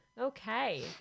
Okay